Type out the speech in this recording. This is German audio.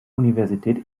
universität